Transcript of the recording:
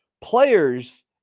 players